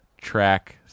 track